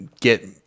get